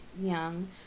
young